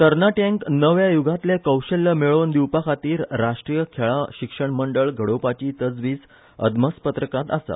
तरणाट्यांक नव्या यूगांतलें कौशल्य मेळोवन दिवपाखातीर राष्ट्रीय खेळां शिक्षण मंडळ घडोवपाची तजवीज अदमासपत्रकांत आसा